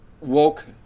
woke